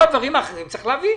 אבל את כל הדברים האחרים צריך להביא.